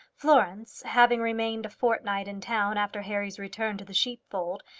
florence, having remained a fortnight in town after harry's return to the sheepfold,